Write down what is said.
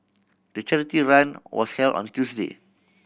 the charity run was held on Tuesday